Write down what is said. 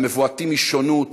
המבועתים משונות,